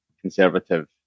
conservative